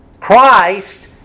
Christ